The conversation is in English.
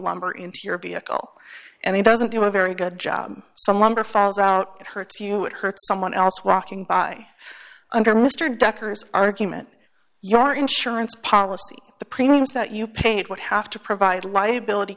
lumber into your vehicle and it doesn't do a very good job some lumber falls out it hurts you it hurts someone else walking by under mr decker's argument your insurance policy the premiums that you paid would have to provide liability